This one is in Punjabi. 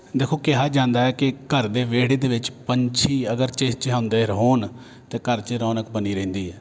ਦੇਖੋ ਕਿਹਾ ਜਾਂਦਾ ਹੈ ਕਿ ਘਰ ਦੇ ਵਿਹੜੇ ਦੇ ਵਿੱਚ ਪੰਛੀ ਅਗਰ ਚਹਿਚਹਾਉਂਦੇ ਹੋਣ ਤਾਂ ਘਰ 'ਚ ਰੌਣਕ ਬਣੀ ਰਹਿੰਦੀ ਹੈ